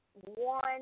one